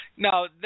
No